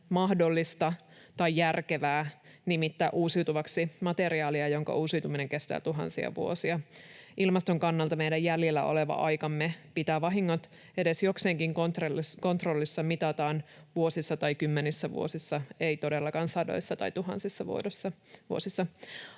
mahdollista tai järkevää nimittää uusiutuvaksi materiaalia, jonka uusiutuminen kestää tuhansia vuosia. Ilmaston kannalta meidän jäljellä oleva aikamme pitää vahingot edes jokseenkin kontrollissa mitataan vuosissa tai kymmenissä vuosissa, ei todellakaan sadoissa tai tuhansissa vuosissa.